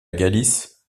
galice